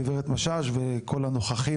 גברת משש וכל הנוכחים,